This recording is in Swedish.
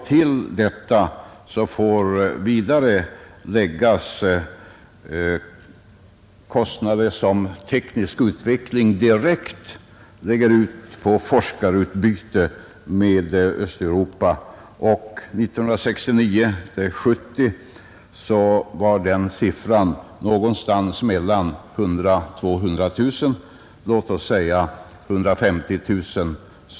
Vidare får till detta läggas kostnader som styrelsen för teknisk utveckling lägger ned direkt på forskarutbyte med Östeuropa. 1969/70 låg den siffran någonstans mellan 100000 och 200 000 kronor — låt mig gissa på 150 000.